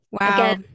Wow